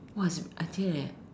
what's